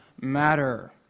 matter